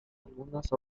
algunas